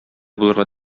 булырга